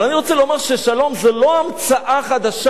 אבל אני רוצה לומר ששלום זה לא המצאה חדשה.